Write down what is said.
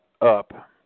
up